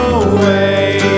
away